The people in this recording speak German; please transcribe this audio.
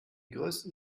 größten